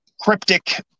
cryptic